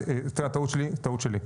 טעות שלי, טעות שלי.